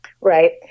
Right